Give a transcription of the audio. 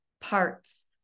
parts